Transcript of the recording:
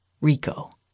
Rico